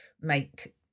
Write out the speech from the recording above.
make